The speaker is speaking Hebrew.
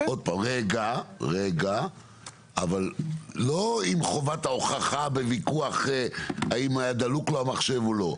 אבל לא אם חובת ההוכחה בוויכוח האם המחשב היה פתוח או לא.